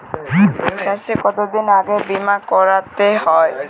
চাষে কতদিন আগে বিমা করাতে হয়?